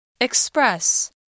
Express